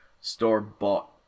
store-bought